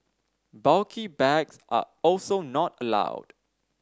bulky bags are also not allowed